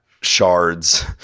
shards